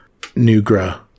Nugra